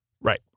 Right